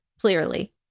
clearly